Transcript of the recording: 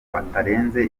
batarenze